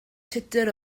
tudur